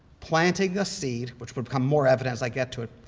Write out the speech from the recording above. planting a seed, which would become more evident as i get to it,